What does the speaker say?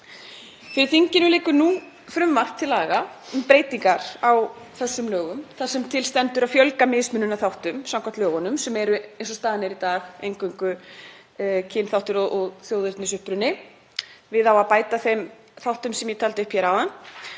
Fyrir þinginu liggur nú frumvarp til laga um breytingar á þessum lögum þar sem til stendur að fjölga mismununarþáttum sem eru samkvæmt lögunum eins og staðan er í dag eingöngu kynþáttur og þjóðernisuppruni. Á að bæta við þeim þáttum sem ég taldi upp hér áðan.